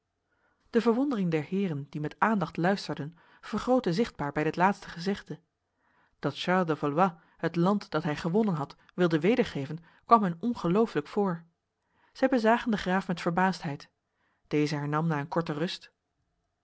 de verwondering der heren die met aandacht luisterden vergrootte zichtbaar bij dit laatste gezegde dat charles de valois het land dat hij gewonnen had wilde wedergeven kwam hun ongelooflijk voor zij bezagen de graaf met verbaasdheid deze hernam na een korte rust